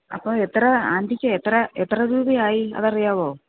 അപ്പോൾ എത്ര ആൻറ്റിക്ക് എത്ര രൂപയായി അത് അറിയാവോ